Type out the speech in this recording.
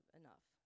enough